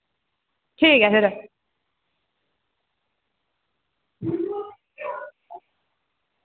ठीक ऐ फिर